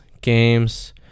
games